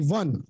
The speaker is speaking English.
one